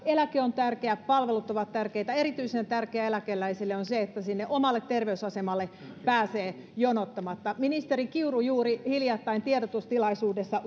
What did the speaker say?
eläke on tärkeä palvelut ovat tärkeitä erityisen tärkeää eläkeläisille on se että sinne omalle terveysasemalle pääsee jonottamatta ministeri kiuru juuri hiljattain tiedotustilaisuudessa